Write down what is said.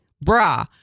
bra